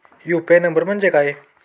UPI number म्हणजे काय?